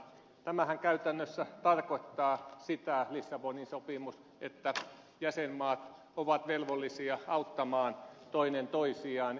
tämähän käytännössä tarkoittaa sitä lissabonin sopimus että jäsenmaat ovat velvollisia auttamaan toinen toisiaan